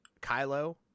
Kylo